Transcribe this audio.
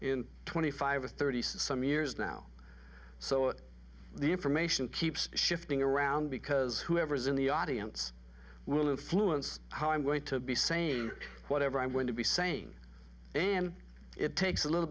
in twenty five thirty some years now so the information keeps shifting around because whoever's in the audience will influence how i'm going to be saying whatever i'm going to be saying and it takes a little